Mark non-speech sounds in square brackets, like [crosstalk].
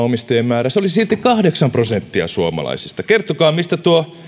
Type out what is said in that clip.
[unintelligible] omistajien määrä kaksinkertaistuisi se olisi silti kahdeksan prosenttia suomalaisista kertokaa mistä tuo